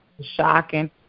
shocking